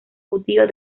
judío